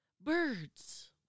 birds